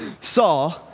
saw